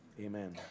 Amen